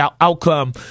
outcome